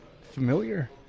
familiar